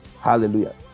Hallelujah